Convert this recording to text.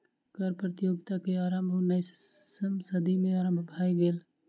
कर प्रतियोगिता के आरम्भ उन्नैसम सदी में आरम्भ भेल छल